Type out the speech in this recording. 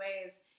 ways